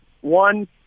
one